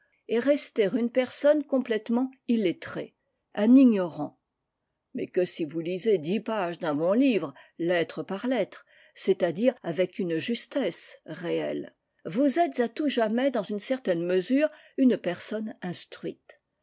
et rester une personne complètement illettrée un ignorant mais que si vous lisez dix pages d'un bon livre lettre par lettre c'est-à-dire avec une justesse réelle vous êtes à tout jamais dans une certaine mesure une personne instruite